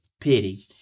pity